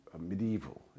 medieval